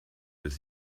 bis